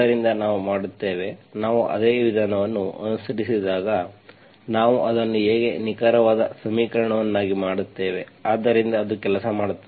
ಆದ್ದರಿಂದ ನಾವು ಮಾಡುತ್ತೇವೆ ನಾವು ಅದೇ ವಿಧಾನವನ್ನು ಅನುಸರಿಸಿದಾಗ ನಾವು ಅದನ್ನು ಹೇಗೆ ನಿಖರವಾದ ಸಮೀಕರಣವನ್ನಾಗಿ ಮಾಡುತ್ತೇವೆ ಆದ್ದರಿಂದ ಅದು ಕೆಲಸ ಮಾಡುತ್ತದೆ